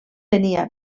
tenia